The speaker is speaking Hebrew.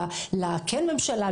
לכן ממשלה,